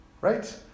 Right